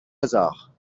hasard